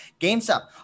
GameStop